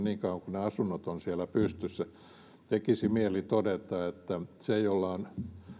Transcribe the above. ne asunnot ovat siellä pystyssä niin tekisi mieli todeta että se jolla on